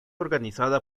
organizada